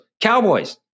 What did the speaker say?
cowboys